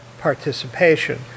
participation